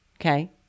Okay